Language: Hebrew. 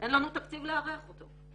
אין לנו תקציב לארח אותו?